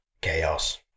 chaos